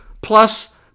plus